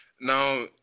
Now